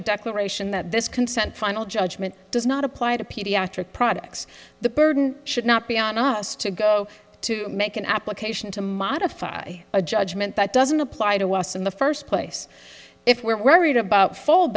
a declaration that this consent final judgment does not apply to pediatric products the burden should not be on us to go to make an application to modify a judgement that doesn't apply to us in the first place if we're worried about fold